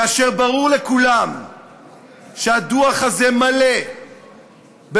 כאשר ברור לכולם שהדוח הזה מלא במעשים